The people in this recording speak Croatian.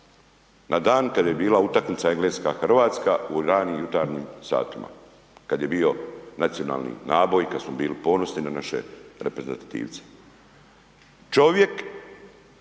na dan kada je bila utakmica Engleska Hrvatska u ranim jutarnjim satima kada je bio nacionalni naboj, kada smo bili ponosni na naše reprezentativce. Čovjek